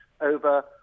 over